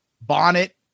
Bonnet